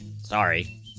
sorry